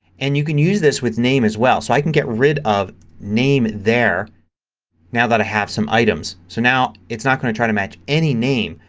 and you can use this with name as well. so i can get rid of name there now that i have some items. so now it's not going to try to match any name.